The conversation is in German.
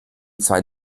zwei